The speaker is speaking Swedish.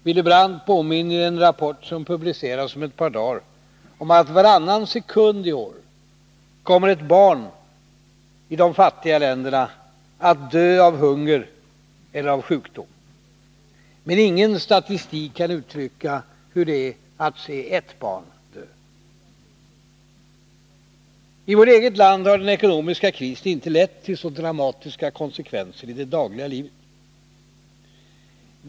Willy Brandt påminner i en rapport, som publiceras om ett par dagar, om att varannan sekund i år kommer i de fattiga länderna ett barn att dö av hunger eller av sjukdom. Men ingen statistik kan uttrycka hur det är att se ett barn dö. I vårt eget land har den ekonomiska krisen inte lett till så dramatiska konsekvenser i det dagliga livet.